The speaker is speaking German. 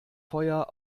feuer